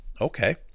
Okay